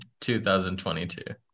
2022